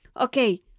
Okay